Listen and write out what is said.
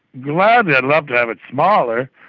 gladly i'd love to have it smaller.